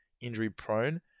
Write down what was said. injury-prone